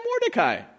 Mordecai